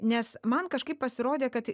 nes man kažkaip pasirodė kad